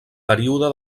període